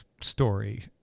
story